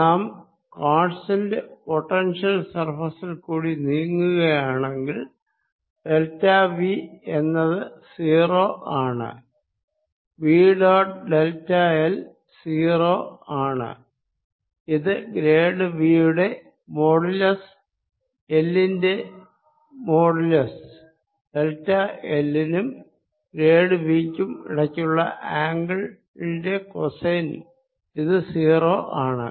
നാം constant potential സർഫേസിൽ കൂടി നീങ്ങുകയാണെങ്കിൽ ഡെൽറ്റ V എന്നത് 0 ആണ് V ഡോട്ട് ഡെൽറ്റ l 0 ആണ് ഇത് ഗ്രേഡ് V യുടെ മോഡുലസ് l ന്റെ മോഡുലസ് ഡെൽറ്റ l നും ഗ്രേഡ് V ക്കും ഇടക്കുള്ള ആംഗിൾ ന്റെ കോസൈൻ ഇത് 0 ആണ്